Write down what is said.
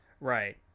Right